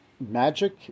Magic